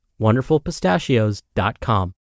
WonderfulPistachios.com